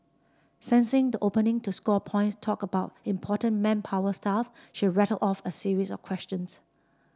sensing the opening to score points talk about important manpower stuff she rattled off a series of questions